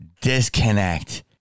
disconnect